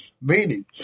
Meaning